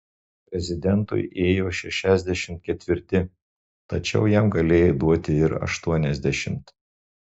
prezidentui ėjo šešiasdešimt ketvirti tačiau jam galėjai duoti ir aštuoniasdešimt